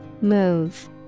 Move